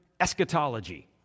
Eschatology